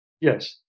Yes